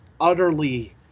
utterly